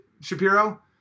Shapiro